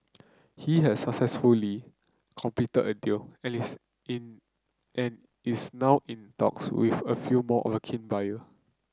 he has successfully completed a deal and is it and is now in talks with a few more keen buyers